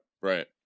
right